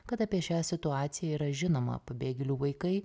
kad apie šią situaciją yra žinoma pabėgėlių vaikai